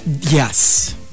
Yes